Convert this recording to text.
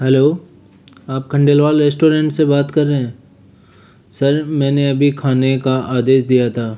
hello आप Khandelwal restaurant से बात कर रहे है सर मैंने अभी खाने का आदेश दिया था